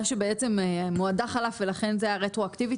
שבעצם מועדה חלף ולכן זה היה רטרואקטיבית.